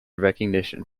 recognition